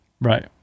Right